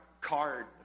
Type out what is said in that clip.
card